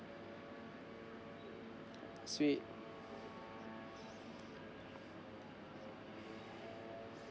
sweet